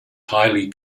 highly